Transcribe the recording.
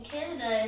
Canada